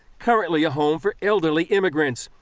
currently a home for elderly immigrants.